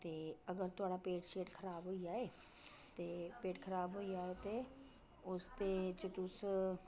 ते अगर थुआढ़ा पेट छेट खराब होई जाए ते पेट खराब होई जाए ते उसदे च तुस